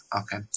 Okay